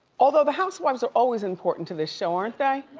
although the housewives are always important to the show, aren't they?